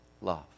love